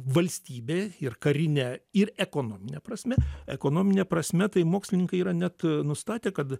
valstybė ir karine ir ekonomine prasme ekonomine prasme tai mokslininkai yra net nustatę kad